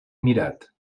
mirat